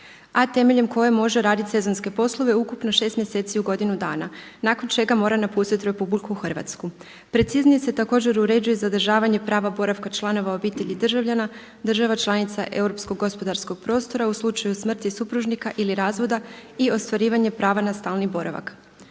a temeljem koje može raditi sezonske poslove ukupno 6 mjeseci u godinu dana nakon čega mora napustiti RH. Preciznije se također uređuje zadržavanje prava boravka članova obitelji državljana država članica europskog gospodarskog prostora u slučaju smrti supružnika ili razvoda i ostvarivanje prava na stalni boravak.